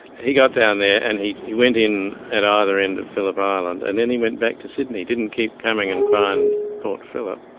he got down there and he he went in at either end of phillip ah island and then he went back to sydney, he didn't keep coming and find port phillip.